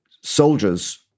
soldiers